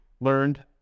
learned